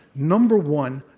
number one,